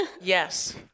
Yes